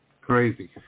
Crazy